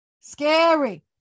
Scary